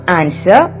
answer